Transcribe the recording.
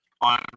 On